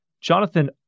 Jonathan